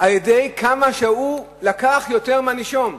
על-פי כמה שהפקיד לקח יותר מהנישום,